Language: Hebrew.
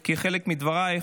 כי חלק מדברייך,